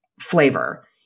flavor